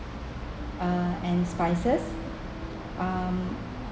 uh and spices um